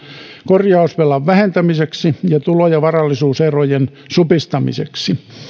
korjausvelan vähentämiseksi ja tulo ja varallisuuserojen supistamiseksi